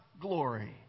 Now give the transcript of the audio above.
glory